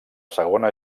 segona